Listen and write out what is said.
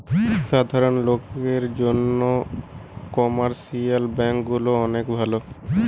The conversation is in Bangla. সাধারণ লোকের জন্যে কমার্শিয়াল ব্যাঙ্ক গুলা অনেক ভালো